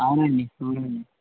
అవునండి చూడండి